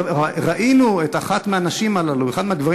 ראינו את אחת מהנשים האלה או אחד מהגברים